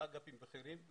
לא אגפים בכירים,